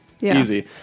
easy